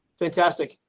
fantastic.